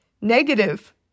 negative